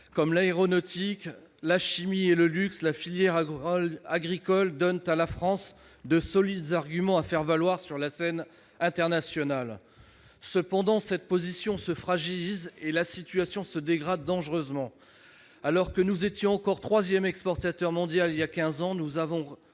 Comme l'aéronautique, la chimie et le luxe, la filière agricole donne à la France de solides arguments à faire valoir sur la scène internationale. Cependant, cette position se fragilise et la situation se dégrade dangereusement. Alors que nous étions encore troisième exportateur mondial il y a quinze ans, nous avons